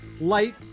light